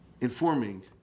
informing